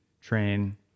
train